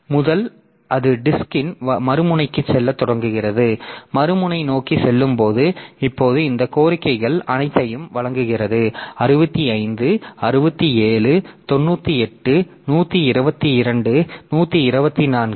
முதல் அது டிஸ்க்ன் மறுமுனைக்குச் செல்லத் தொடங்குகிறது மறு முனையை நோக்கிச் செல்லும்போது இப்போது இந்த கோரிக்கைகள் அனைத்தையும் வழங்குகிறது 65 67 98 122 124